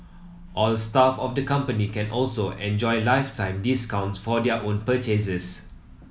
all staff of the company can also enjoy lifetime discounts for their own purchases